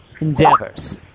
endeavors